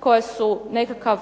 koje se nekakva